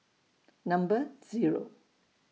Number Zero